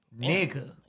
Nigga